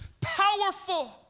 powerful